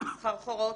סחרחורות,